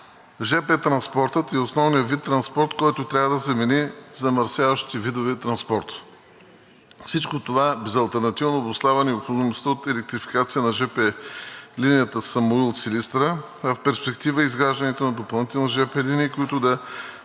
жп транспортът е основният вид транспорт, който трябва да замени замърсяващите видове транспорт. Всичко това безалтернативно обуславя необходимостта от електрификация на жп линията Самуил – Силистра, а в перспектива и изграждането на допълнителни жп линии, които да